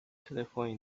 telefone